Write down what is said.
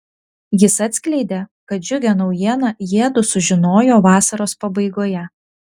jis atskleidė kad džiugią naujieną jiedu sužinojo vasaros pabaigoje